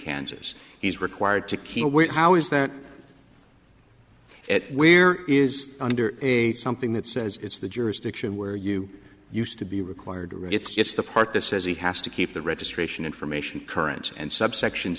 kansas he's required to keep aware how is that where is under a something that says it's the jurisdiction where you used to be required or it's the part that says he has to keep the registration information current and subsection